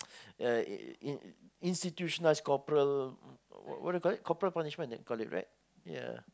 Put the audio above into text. uh uh institutionalized corporal what they called it corporal punishment they call it right ya